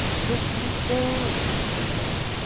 let me go! shrieked alice.